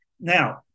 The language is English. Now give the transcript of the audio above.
Now